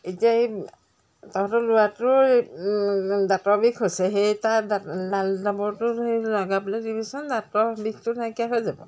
এই যে এই তহঁতৰ ল'ৰাটোৰো দাঁতৰ বিষ হৈছে সেই তাৰ দাঁত ডাৱৰলালটো লগাবলৈ দিবিচোন দাঁতৰ বিষটো নাইকিয়া হৈ যাব